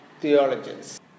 theologians